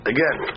Again